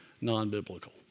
non-biblical